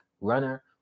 runner